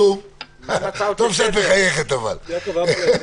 רוויזיה על הסתייגות מס' 37. מי בעד?